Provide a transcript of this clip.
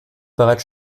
bereits